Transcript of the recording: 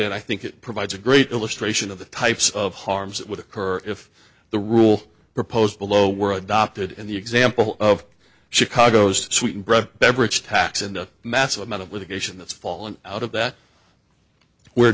in i think it provides a great illustration of the types of harms that would occur if the rule proposed below were adopted and the example of chicago's sweetened bread beverage tax and a massive amount of litigation that's fallen out of that where